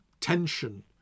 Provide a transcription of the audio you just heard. tension